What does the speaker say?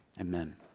Amen